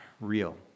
real